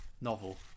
novel